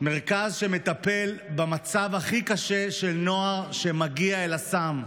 מרכז שמטפל במצב הכי קשה של נוער שמגיע אל הסם.